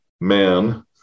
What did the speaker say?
man